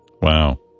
Wow